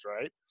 right